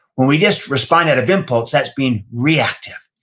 when we just respond out of impulse, that's being reactive.